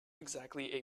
exactly